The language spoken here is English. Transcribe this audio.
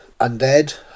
Undead